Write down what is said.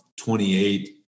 28